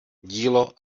dílo